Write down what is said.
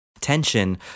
tension